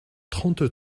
trente